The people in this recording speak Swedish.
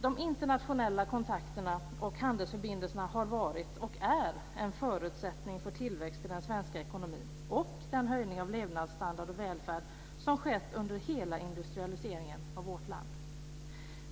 De internationella kontakterna och handelsförbindelserna har varit, och är, en förutsättning för tillväxt i den svenska ekonomin och för den höjning av levnadsstandard och välfärd som skett under hela industrialiseringen av vårt land.